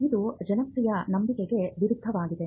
ಇದು ಜನಪ್ರಿಯ ನಂಬಿಕೆಗೆ ವಿರುದ್ಧವಾಗಿದೆ